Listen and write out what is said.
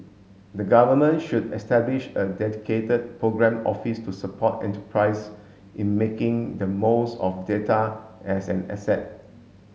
the Government should establish a dedicated programme office to support enterprises in making the most of data as an asset